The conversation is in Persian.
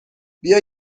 بیا